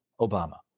Obama